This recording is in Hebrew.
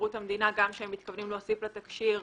שירות המדינה שהם מתכוונים להוסיף לתקש"יר